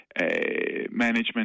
Management